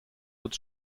wird